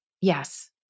Yes